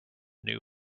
new